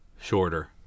Shorter